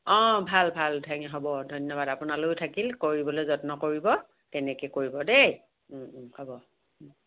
অ ভাল ভাল ধন্য হ'ব ধন্যবাদ আপোনালৈও থাকিল কৰিবলৈ যত্ন কৰিব তেনেকৈ কৰিব দেই হ'ব